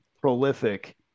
prolific